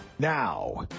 Now